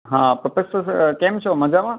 હા professor sir કેમ છો મજામાં